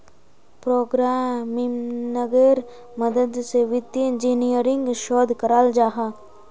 प्रोग्रम्मिन्गेर मदद से वित्तिय इंजीनियरिंग शोध कराल जाहा